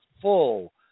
full